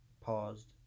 paused